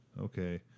Okay